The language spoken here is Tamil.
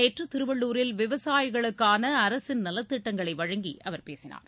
நேற்று திருவள்ளுரில் விவசாயிகளுக்கான அரசின் நலத்திட்டங்களை வழங்கி அவர் பேசினார்